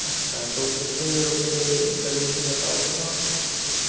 अच्छा तो कितने रुपये लगेंगे बताओ आप कुछ